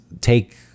take